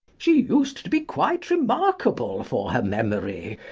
she used to be quite remarkable for her memory,